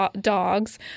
dogs